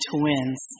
Twins